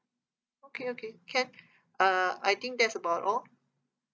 okay okay can uh I think that's about all